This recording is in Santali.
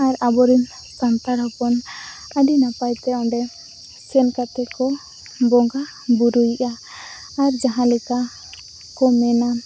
ᱟᱨ ᱟᱵᱚᱨᱮᱱ ᱥᱟᱱᱛᱟᱲ ᱦᱚᱯᱚᱱ ᱟᱹᱰᱤ ᱱᱟᱯᱟᱭᱛᱮ ᱚᱸᱰᱮ ᱥᱮᱱ ᱠᱟᱛᱮᱫ ᱠᱚ ᱵᱚᱸᱜᱟ ᱵᱳᱨᱳᱭᱮᱫᱼᱟ ᱟᱨ ᱡᱟᱦᱟᱸ ᱞᱮᱠᱟᱠᱚ ᱢᱮᱱᱟ